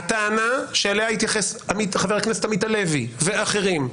הטענה שאליה התייחס חבר הכנסת עמית הלוי ואחרים,